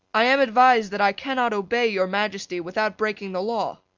i am advised that i cannot obey your majesty without breaking the law.